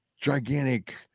gigantic